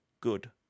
good